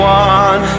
one